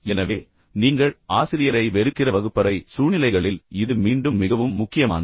எனவே நீங்கள் ஆசிரியரை வெறுக்கிற வகுப்பறை சூழ்நிலைகளில் இது மீண்டும் மிகவும் முக்கியமானது